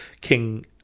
King